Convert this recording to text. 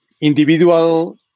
individual